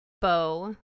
bow